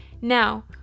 Now